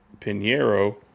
Pinheiro